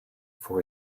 for